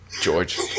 George